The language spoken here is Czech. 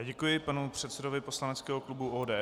Děkuji panu předsedovi poslaneckého klubu ODS.